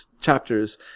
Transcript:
chapters